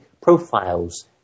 profiles